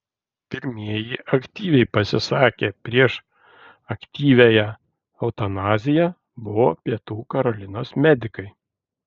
pirmieji aktyviai pasisakę prieš aktyviąją eutanaziją buvo pietų karolinos medikai